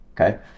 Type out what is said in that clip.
okay